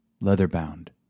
leather-bound